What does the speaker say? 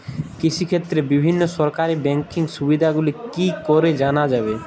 কৃষিক্ষেত্রে বিভিন্ন সরকারি ব্যকিং সুবিধাগুলি কি করে জানা যাবে?